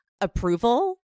approval